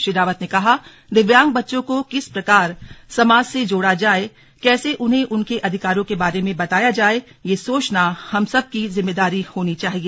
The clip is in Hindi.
श्री रावत ने कहा दिव्यांग बच्चों को किस प्रकार समाज से जोड़ा जाये कैसे उन्हें उनके अधिकारों के बारे में बताया जाये यह सोचना हम सब की जिम्मेदारी होनी चाहिए